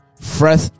fresh